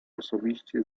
osobiście